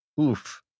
Oof